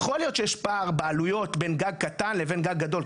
יכול להיות שיש פער בעלויות בין גג קטן לבין גג לבין גג גדול,